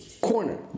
corner